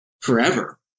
forever